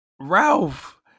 Ralph